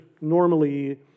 normally